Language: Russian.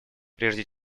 прежде